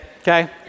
okay